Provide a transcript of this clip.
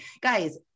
guys